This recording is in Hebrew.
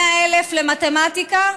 100,000, למתמטיקה?